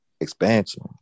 expansion